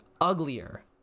uglier